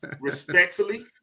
respectfully